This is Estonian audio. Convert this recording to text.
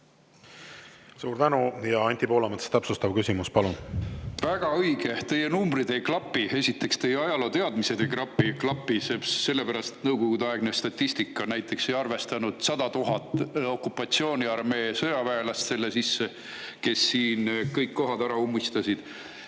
Suur tänu! Anti Poolamets, täpsustav küsimus, palun! Väga õige, teie numbrid ei klapi. Esiteks, teie ajalooteadmised ei klapi, sellepärast et Nõukogude-aegne statistika näiteks ei arvestanud sisse 100 000 okupatsiooniarmee sõjaväelast, kes siin kõik kohad ära ummistasid.